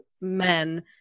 men